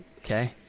okay